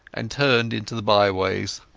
and turned into the byways.